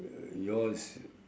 uh yours